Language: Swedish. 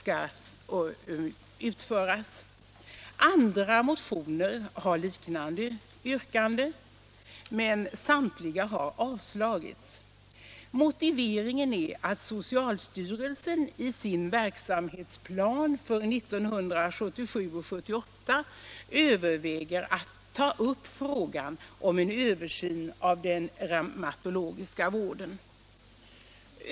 I andra motioner återfinns liknande yrkanden, men samtliga har avstyrkts. Motiveringen är att socialstyrelsen i sin verksamhetsplanering för 1977/78 överväger att ta upp frågan om en översyn av den reumatologiska vården.